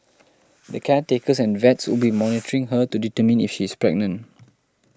the caretakers and vets will be monitoring her to determine if she is pregnant